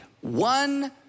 one